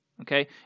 okay